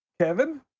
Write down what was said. Kevin